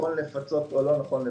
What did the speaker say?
נכון לפצות או לא נכון לפצות.